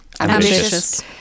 ambitious